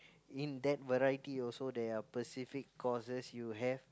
in that variety also there are specific courses you have